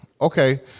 okay